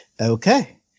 Okay